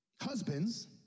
Husbands